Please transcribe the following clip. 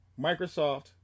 Microsoft